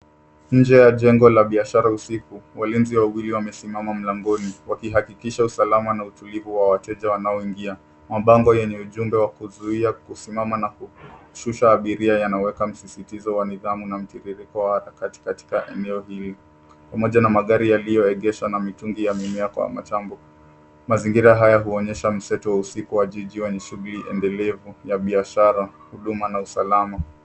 Nje ya jengo la biashara usiku, walinzi wawili wamesimama mlangoni wakihakikisha usalama na utulivu wa wateja wanaoingia. Mabango yenye ujumbe wa kuzuia kusimama na kushusha abiria yanaweka msisitizo wa nidhamu na mtiririko wao katika eneo hili. Pamoja na magari yaliyoegeshwa na mitungi ya mimea kwa matambo, mazingira haya huonyesha mseto wa usiku wa jiji wenye shughuli endelevu ya biashara, huduma, na usalama.